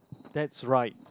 that's right